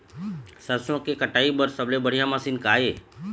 सरसों के कटाई बर सबले बढ़िया मशीन का ये?